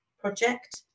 Project